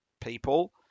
people